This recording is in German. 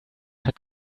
hat